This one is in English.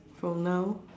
from now